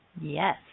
Yes